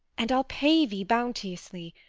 and i'll pay thee bounteously,